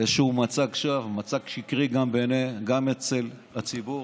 איזשהו מצג שווא, מצג שקרי, וגם אצל הציבור.